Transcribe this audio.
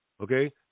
Okay